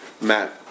Matt